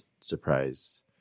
surprise